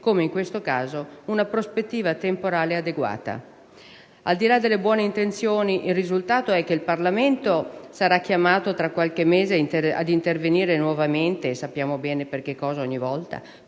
come in questo caso, una prospettiva temporale adeguata. Al di là delle buone intenzioni, il risultato è che il Parlamento sarà chiamato tra qualche mese ad intervenire nuovamente per prorogare le missioni o